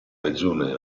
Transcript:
regione